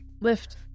Lift